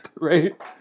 right